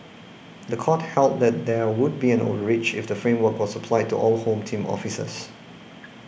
the court held that there would be an overreach if the framework was applied to all Home Team officers